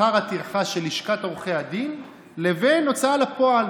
שכר הטרחה של לשכת עורכי הדין לבין ההוצאה לפועל,